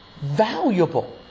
valuable